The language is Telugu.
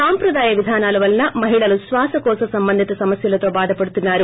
సాంప్రదాయ విధానాల వలన మహిళలు శ్వాసకోశ సంబంధిత సమస్యలతో బాధపడుతున్నారు